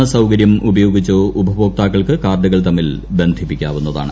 S സൌകര്യം ഉപയോഗിച്ചോ ഉപഭോക്താക്കൾക്ക് കാർഡുകൾ തമ്മിൽ ബന്ധിപ്പിക്കാവുന്നതാണ്